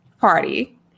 party